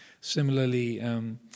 Similarly